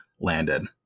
landed